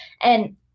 And-